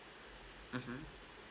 mmhmm